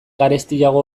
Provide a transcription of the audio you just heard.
garestiago